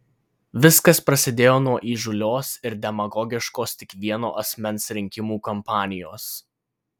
viskas prasidėjo nuo įžūlios ir demagogiškos tik vieno asmens rinkimų kampanijos